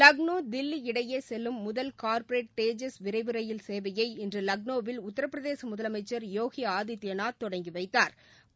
லக்ளோ தில்லி இடையே செல்லும் முதல் கார்ப்பரேட் தேஜஸ் விரைவு ரயில் சேவையை இன்று லக்னோவில் உத்திரபிரதேச முதலமைச்சர் யோகி ஆதித்பநாத் தொடங்கி வைத்தாா்